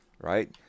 Right